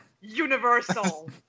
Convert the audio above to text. Universal